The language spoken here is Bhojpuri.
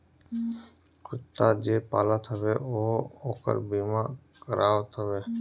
कुत्ता जे पालत हवे उहो ओकर बीमा करावत हवे